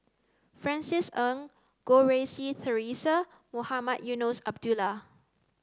Francis Ng Goh Rui Si Theresa and Mohamed Eunos Abdullah